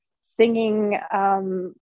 singing